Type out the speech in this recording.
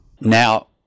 Now